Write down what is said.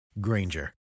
Granger